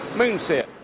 moonset